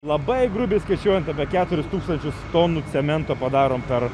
labai grubiai skaičiuojant apie keturis tūkstančius tonų cemento padarom per